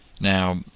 Now